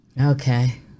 Okay